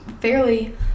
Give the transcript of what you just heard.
fairly